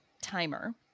timer